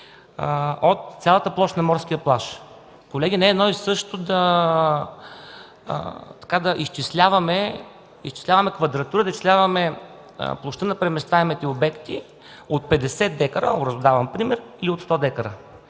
от цялата площ на морския плаж. Колеги, не е едно и също да изчисляваме квадратура, да изчисляваме площта на преместваемите обекти от 50 декара – образно давам пример, и от 100 декара.